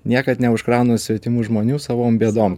niekad neužkraunu svetimų žmonių savom bėdom